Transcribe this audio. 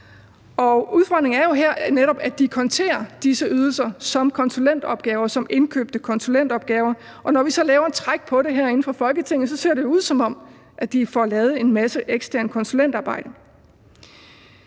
jo netop, at de konterer disse ydelser som indkøbte konsulentopgaver, og når vi så laver et træk på det herinde fra Folketinget, ser det ud, som om de får lavet en masse eksternt konsulentarbejde.